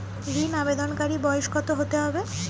ঋন আবেদনকারী বয়স কত হতে হবে?